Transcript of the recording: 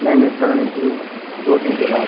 नहीं नहीं कल नहीं चाहिए दो दिन के बाद